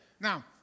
Now